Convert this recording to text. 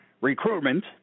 recruitment